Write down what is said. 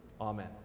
Amen